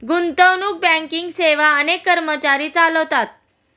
गुंतवणूक बँकिंग सेवा अनेक कर्मचारी चालवतात